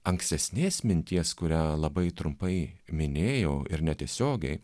ankstesnės minties kurią labai trumpai minėjau ir netiesiogiai